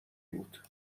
بود